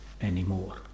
anymore